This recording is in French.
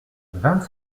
vingt